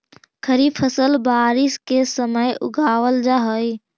खरीफ फसल बारिश के समय उगावल जा हइ